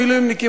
המילואימניקים,